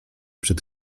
przed